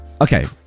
Okay